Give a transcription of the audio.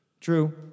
True